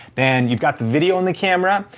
then you've got the video on the camera,